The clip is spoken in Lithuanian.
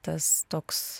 tas toks